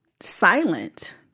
silent